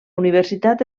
universitat